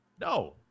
No